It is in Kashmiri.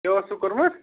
کیٛاہ اوسوٕ کوٚرمُت